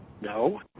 No